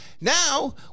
now